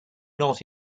not